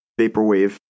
vaporwave